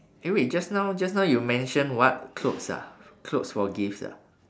eh wait just now just now you mention what clothes ah clothes for gifts ah